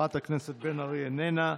חברת הכנסת בן ארי, איננה.